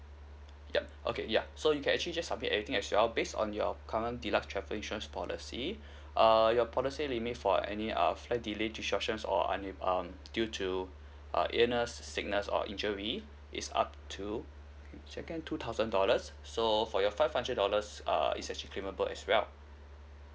yup okay ya so you can actually just submit acting as well based on your current deluxe travel insurance policy uh your policy limit for any uh flight delay disruptions or unhappy um due to a in a sickness or injury it's up to check in two thousand dollars so for your five hundred dollars err is actually came about as well